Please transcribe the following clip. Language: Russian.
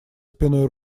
спиной